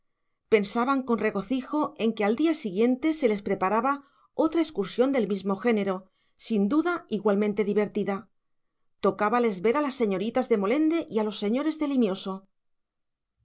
pensaban con regocijo en que al día siguiente se les preparaba otra excursión del mismo género sin duda igualmente divertida tocábales ver a las señoritas de molende y a los señores